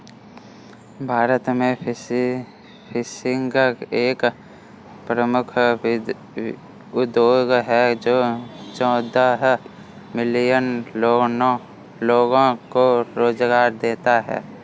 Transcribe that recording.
भारत में फिशिंग एक प्रमुख उद्योग है जो चौदह मिलियन लोगों को रोजगार देता है